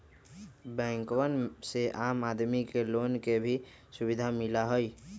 बैंकवन से आम आदमी के लोन के भी सुविधा मिला हई